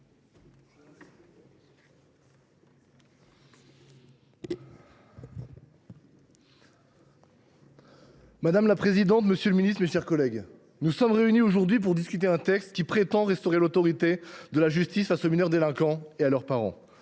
Madame la présidente, monsieur le garde des sceaux, mes chers collègues, nous sommes réunis aujourd’hui pour discuter d’un texte qui prétend restaurer l’autorité de la justice face aux mineurs délinquants et à leurs parents.